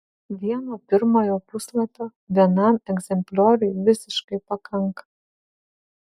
vieno pirmojo puslapio vienam egzemplioriui visiškai pakanka